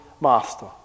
master